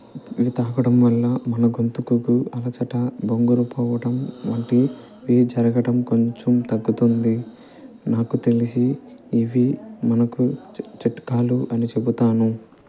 ఇలా తాగడం వల్ల మన గొంతుకకు అలచట బొంగుర పోవటం వంటివి జరగటం కొంచెం తగ్గుతుంది నాకు తెలిసి ఇవి మనకు చి చిట్కాలు అని చెబుతాను